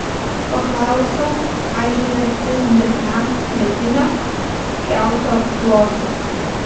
paklausiau aižėjant vis didesniam ledinio kiauto plotui